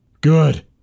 Good